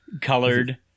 colored